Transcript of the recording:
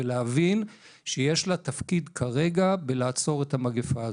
ולהבין שיש לה תפקיד כרגע בלעצור את המגפה הזו.